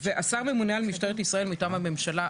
והשר ממונה על משטרת ישראל מטעם הממשלה,